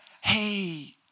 hey